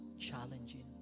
challenging